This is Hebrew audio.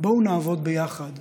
בואו נעבוד ביחד,